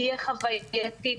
תהיה חווייתית,